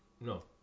No